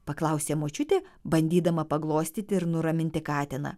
paklausė močiutė bandydama paglostyti ir nuraminti katiną